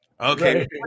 Okay